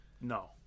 no